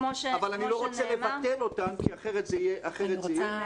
אבל אני לא רוצה לבטל אותן כי אחרת זה יהיה --- כמו שנאמר.